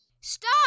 Stop